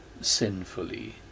sinfully